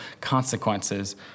consequences